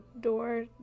door